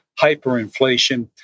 hyperinflation